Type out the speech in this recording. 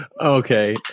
okay